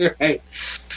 right